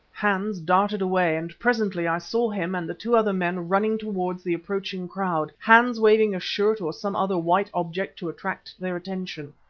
hans darted away, and presently i saw him and the two other men running towards the approaching crowd, hans waving a shirt or some other white object to attract their attention.